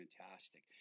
fantastic